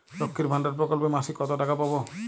লক্ষ্মীর ভান্ডার প্রকল্পে মাসিক কত টাকা পাব?